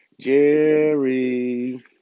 Jerry